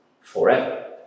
forever